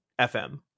FM